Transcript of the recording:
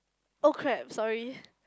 okay sorry